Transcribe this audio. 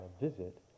visit